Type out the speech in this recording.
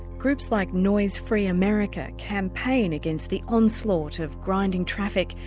groups like noise free america campaign against the onslaught of grinding traffic,